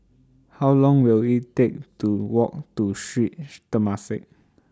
How Long Will IT Take to Walk to Sri Temasek